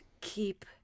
keep